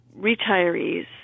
retirees